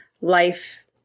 life